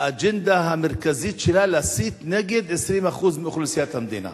האג'נדה המרכזית שלה להסית נגד 20% מאוכלוסיית המדינה?